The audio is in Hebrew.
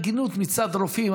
הגינות מצד רופאים.